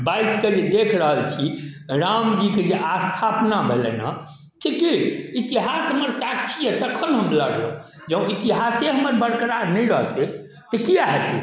बाइसके जे देख रहल छी राम जी के जे स्थापना भेलनि हँ ठीके इतिहास हमर साक्षी यऽ तखन ने हम लड़लहुॅं जँ इतिहासे हमर बरकरार नहि रहतै तऽ की हेतै